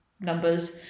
numbers